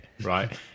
right